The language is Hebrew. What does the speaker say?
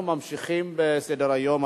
אנחנו ממשיכים בסדר-היום.